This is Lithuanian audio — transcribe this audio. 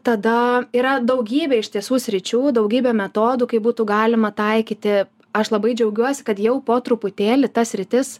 tada yra daugybė iš tiesų sričių daugybė metodų kaip būtų galima taikyti aš labai džiaugiuosi kad jau po truputėlį ta sritis